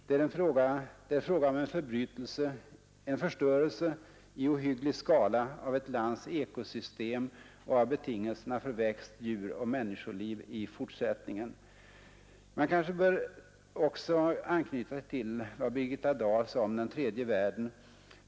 Det är fråga om en förstörelse i ohygglig skala av ett lands ekosystem och av betingelserna för växt-, djuroch människoliv i fortsättningen. Jag kanske också bör anknyta till vad Birgitta Dahl sade om den tredje världen.